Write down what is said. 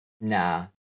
nah